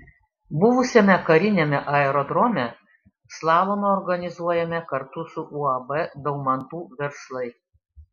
buvusiame kariniame aerodrome slalomą organizuojame kartu su uab daumantų verslai